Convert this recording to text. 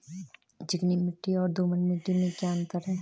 चिकनी मिट्टी और दोमट मिट्टी में क्या अंतर है?